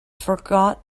forgot